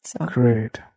Great